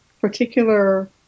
particular